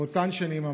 באותן שנים ממש,